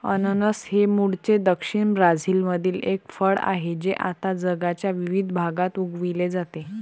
अननस हे मूळचे दक्षिण ब्राझीलमधील एक फळ आहे जे आता जगाच्या विविध भागात उगविले जाते